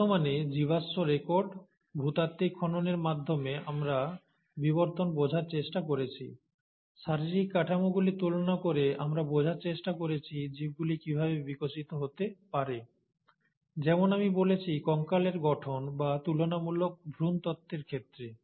বর্তমানে জীবাশ্ম রেকর্ড ভূতাত্ত্বিক খননের মাধ্যমে আমরা বিবর্তন বোঝার চেষ্টা করেছি শারীরিক কাঠামোগুলি তুলনা করে আমরা বোঝার চেষ্টা করেছি জীবগুলি কীভাবে বিকশিত হতে পারে যেমন আমি বলেছি কঙ্কালের গঠন বা তুলনামূলক ভ্রূণতত্ত্বের ক্ষেত্রে